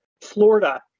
Florida